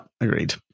agreed